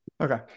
Okay